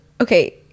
okay